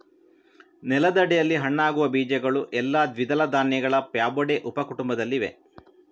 ನೆಲದಡಿಯಲ್ಲಿ ಹಣ್ಣಾಗುವ ಬೀಜಗಳು ಎಲ್ಲಾ ದ್ವಿದಳ ಧಾನ್ಯಗಳ ಫ್ಯಾಬೊಡೆ ಉಪ ಕುಟುಂಬದಲ್ಲಿವೆ